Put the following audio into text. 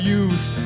use